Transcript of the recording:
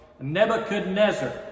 Nebuchadnezzar